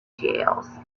jails